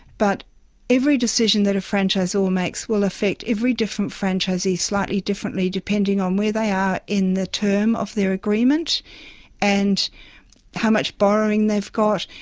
but every decision that a franchisor makes will affect every different franchisee slightly differently depending on where they are in the term of their agreement and how much borrowing they've got,